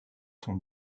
sont